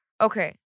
Okay